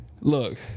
Look